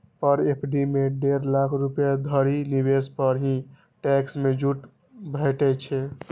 पर FD मे डेढ़ लाख रुपैया धरि निवेश पर ही टैक्स मे छूट भेटै छै